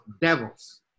devils